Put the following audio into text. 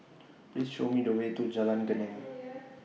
Please Show Me The Way to Jalan Geneng